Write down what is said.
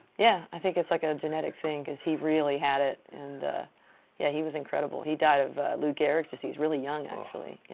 yeah. i think it's like a genetic thing because he really had it. and, yeah, he was incredible. he died of lou gehrig's disease really young, actually, yeah,